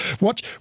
watch